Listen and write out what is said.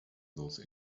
those